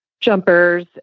jumpers